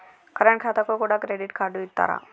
Current ఖాతాకు కూడా credit card ఇత్తరా?